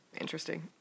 interesting